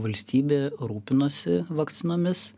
valstybė rūpinosi vakcinomis